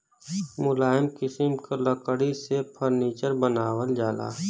मुलायम किसिम क लकड़ी से फर्नीचर बनावल जाला